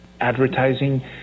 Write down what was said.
Advertising